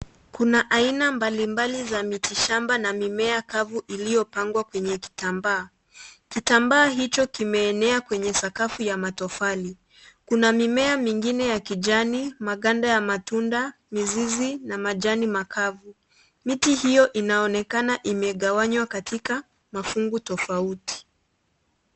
Kuna aina mbalimbali za miti shamba na mimea kavu iliyopangwa kwenye kitambaa. Kitambaa hicho kimeenea kwenye sakafu ya matofali. Kuna mimea mingine ya kijani, maganda ya matunda, mizizi na majani makavu. Miti hiyo inaonekana imegawanywa katika mafungu tofauti.